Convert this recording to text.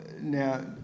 Now